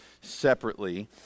separately